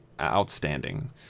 outstanding